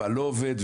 מה לא עובד,